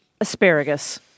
asparagus